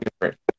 different